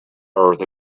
earth